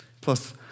Plus